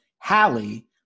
Hallie